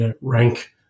rank